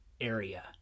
area